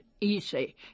easy